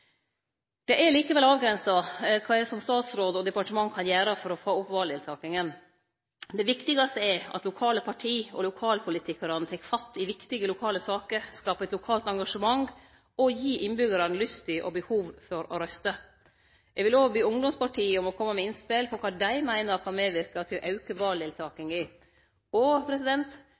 Det er likevel avgrensa kva eg som statsråd og departementet kan gjere for å få opp valdeltakinga. Det viktigaste er at lokale parti og lokalpolitikarane tek fatt i viktige lokale saker, skaper eit lokalt engasjement og gir innbyggjarane lyst til og behov for å røyste. Eg vil òg be ungdomspartia om å kome med innspel om kva dei meiner kan medverke til å auke valdeltakinga. Media spelar ei viktig rolle, og